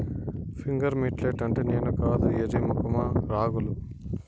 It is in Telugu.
ఫింగర్ మిల్లెట్ అంటే నేను కాదు ఎర్రి మొఖమా రాగులు